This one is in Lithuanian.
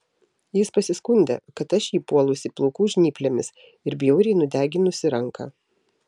jis pasiskundė kad aš jį puolusi plaukų žnyplėmis ir bjauriai nudeginusi ranką